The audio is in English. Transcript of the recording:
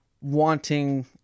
wanting